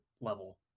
level